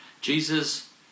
Jesus